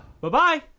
bye-bye